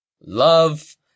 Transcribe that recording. Love